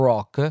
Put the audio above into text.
Rock